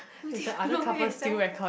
we take very long eh seven o-clock